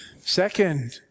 Second